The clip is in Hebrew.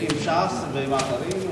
ועם ש"ס ועם אחרים,